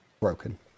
Broken